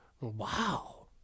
wow